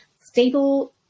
Stable